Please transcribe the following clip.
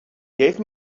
gave